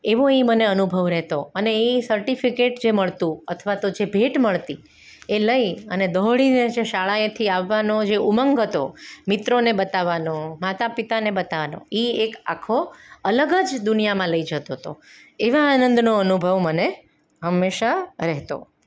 એવો એ મને અનુભવ રહેતો અને એ સર્ટિફિકેટ જે મળતું અથવા તો જે ભેટ મળતી એ લઈ અને દોડીને જે શાળાએથી આવવાનો જે ઉમંગ હતો મિત્રોને બતાવવાનો માતા પિતાને બતાડવાનો એ એક આખો અલગ જ દુનિયામાં લઈ જતો તો એવા આનંદનો અનુભવ મને હંમેશાં રહેતો